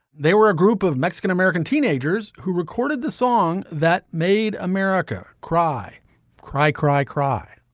they were a group of mexican-american teenagers who recorded the song that made america cry cry cry cry.